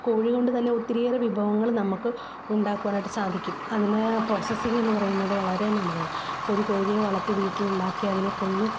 കോഴി കൊണ്ട് തന്നെ ഒത്തിരിയേറെ വിഭവങ്ങൾ നമ്മൾക്ക് ഉണ്ടാക്കുവാനായിട്ട് സാധിക്കും അതിന് പ്രൊസസ്സിങ്ങ് എന്നു പറയുന്നത് വളരെ നല്ലതാണ് കോഴി കോഴിയെ വളര്ത്തി വീട്ടിലുണ്ടാക്കി അതിനെ കൊന്ന്